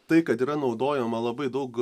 tai kad yra naudojama labai daug